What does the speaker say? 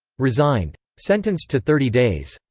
resigned. sentenced to thirty days.